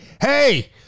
Hey